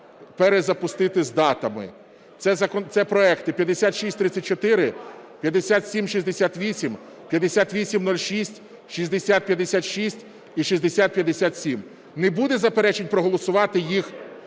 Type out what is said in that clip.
перезапустити з датами. Це проекти: 5634, 5768, 5806, 6056 і 6057. Не буде заперечень проголосувати їх